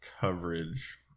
coverage